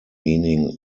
meaning